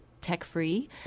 tech-free